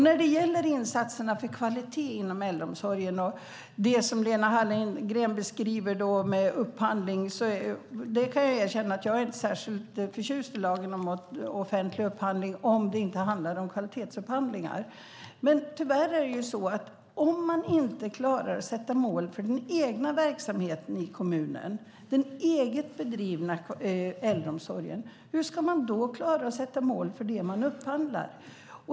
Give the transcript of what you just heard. När det gäller insatserna för kvalitet inom äldreomsorgen och det som Lena Hallengren beskriver om upphandling kan jag erkänna att jag inte är särskilt förtjust i lagen om offentlig upphandling om det inte handlar om kvalitetsupphandlingar. Om man inte klarar att sätta mål för den egna verksamheten i kommunen, den egna äldreomsorgen, hur ska man då klara att sätta mål för det man upphandlar?